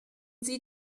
sie